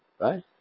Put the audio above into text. Right